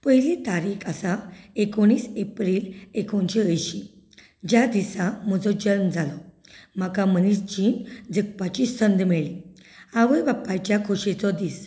पयली तारीख आसा एकुणीस एप्रील एकुणशें अंयशी ज्या दिसा म्हजो जल्म जालो म्हाका मनीस जीण जगपाची संद मेळ्ळी आवय बापायच्या खोशयेचो दीस